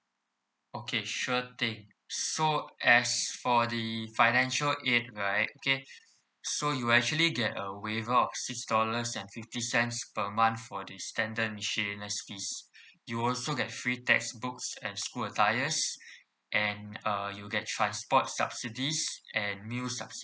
okay sure thing so as for the financial aid right okay so you actually get a waiver of six dollars and fifty cents per month for the standard fees you also get free textbooks and school attires and uh you get transport subsidies and meals